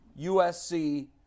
USC